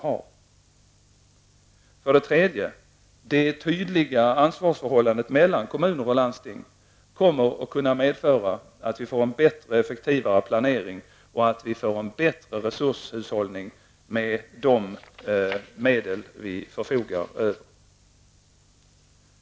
Slutligen kommer det tydliga ansvarsförhållandet mellan kommuner och landsting att kunna medföra att vi får en bättre och effektivare planering och en bättre resurshushållning med de medel vi förfogar över.